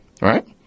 right